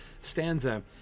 stanza